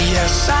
Yes